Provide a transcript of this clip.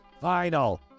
final